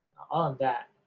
on that,